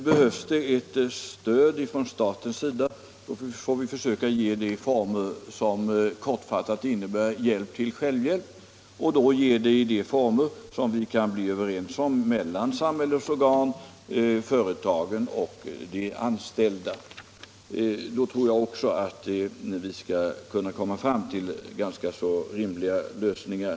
Behövs ett stöd från staten får vi försöka ge det stödet som innebär hjälp till självhjälp och i de former som vi kan bli överens om mellan samhällets organ, företagen och de anställda. Då tror jag också att vi skall komma fram till ganska rimliga lösningar.